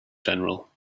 general